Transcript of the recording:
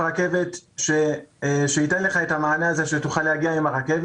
בבני ברק, בירושלים שזה שערי צדק והדסה.